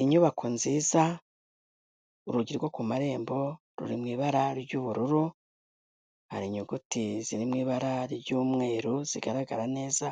Inyubako nziza, urugi rwo ku marembo ruri mu ibara ry'ubururu. Hari inyuguti ziri mu ibara ry'umweru zigaragara neza,